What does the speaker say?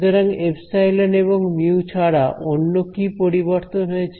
সুতরাং এপসাইলন এবং মিউ ছাড়া অন্য কি পরিবর্তন হয়েছে